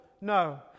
no